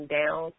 down